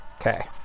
Okay